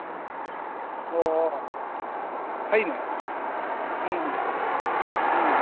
ꯑꯣꯑꯣ ꯐꯩꯅꯦ ꯎꯝ ꯎꯝ